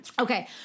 Okay